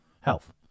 health